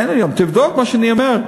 אין היום, תבדוק מה שאני אומר.